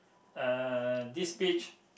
uh this beach